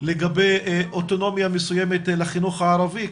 לגבי אוטונומיה מסוימת לחינוך הערבי,